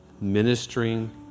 ministering